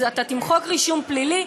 אז אתה תמחק רישום פלילי?